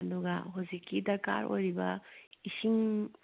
ꯑꯗꯨꯒ ꯍꯧꯖꯤꯛꯀꯤ ꯗꯔꯀꯥꯔ ꯑꯣꯏꯔꯤꯕ ꯏꯁꯤꯡ